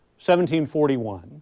1741